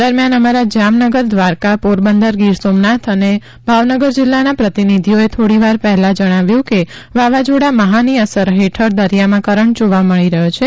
દરમિયાન અમારા જામનગર દ્વારકા પોરબંદર ગીર સોમનાથ અને ભાવનગર જિલ્લાના પ્રતિનિધિઓએ થોડીવાર પહેલા જણાવ્યું કે વાવાઝોડા મહાની અસર હેઠળ દરિયામાં કરંટ જોવા મળી રહ્યો છે